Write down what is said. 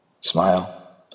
Smile